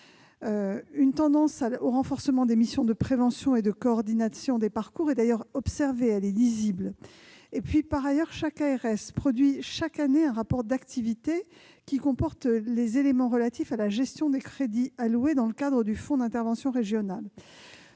Une tendance au renforcement des missions de prévention et de coordination des parcours est d'ailleurs observée, elle est lisible. Par ailleurs, chaque ARS produit annuellement un rapport d'activité qui comporte les éléments relatifs à la gestion des crédits alloués dans le cadre du Fonds d'intervention régional.